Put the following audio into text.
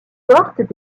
portent